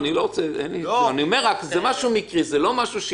אני מבחינה את העבירה הזאת של 113,